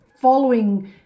following